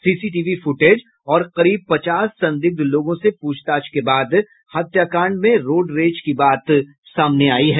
CCTV footage और करीब पचास संदिग्ध लोगों से प्रछताछ के बाद हत्याकांड में रोडरेज की बात सामने आयी है